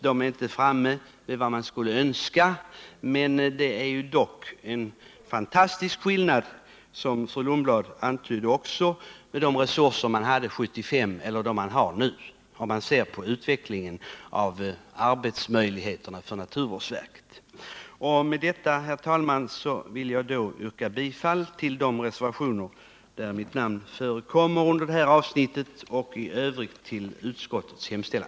De är inte så stora som man skulle önska, men det är en fantastisk skillnad mellan arbetsmöjligheterna för naturvårdsverket 1975 och de möjligheter naturvårdsverket nu får, vilket också Grethe Lundblad antydde. Med detta, herr talman, vill jag yrka bifall till de reservationer vid det här avsnittet där mitt namn förekommer och i övrigt till utskottets hemställan.